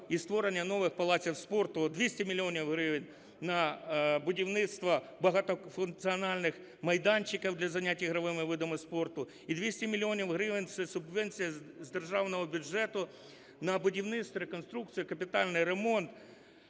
і створення нових палаців спорту, 200 мільйонів гривень – на будівництво багатофункціональних майданчиків для занять ігровими видами спорту і 200 мільйонів гривень – це субвенція з державного бюджету на будівництво, реконструкцію, капітальний ремонт